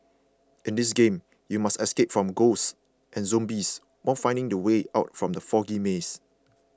in this game you must escape from ghosts and zombies while finding the way out from the foggy maze